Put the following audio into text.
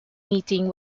meeting